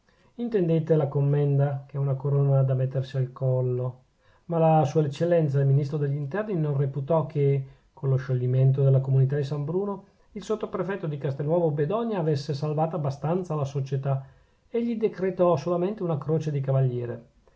intendete la commenda che è una corona da mettersi al collo ma sua eccellenza il ministro degli interni non reputò che con lo scioglimento della comunità di san bruno il sottoprefetto di castelnuovo bedonia avesse salvata abbastanza la società e gli decretò solamente una croce di cavaliere